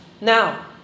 Now